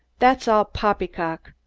that's all poppy-cock.